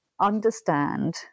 understand